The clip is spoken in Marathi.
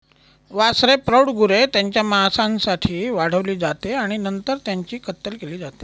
वासरे प्रौढ गुरे त्यांच्या मांसासाठी वाढवली जाते आणि नंतर त्यांची कत्तल केली जाते